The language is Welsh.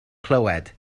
clywed